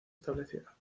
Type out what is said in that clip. establecida